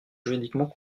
juridiquement